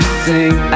sing